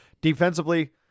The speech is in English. Defensively